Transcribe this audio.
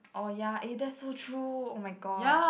oh ya eh that's so true oh-my-god